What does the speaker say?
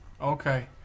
Okay